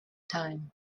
time